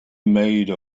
made